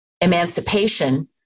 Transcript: emancipation